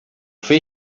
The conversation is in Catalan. fer